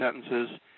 sentences